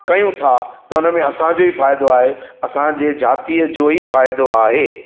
कयूं था त उन में असांखे ई फाइदो आहे असांजे ज़ाती जो ई फाइदो आहे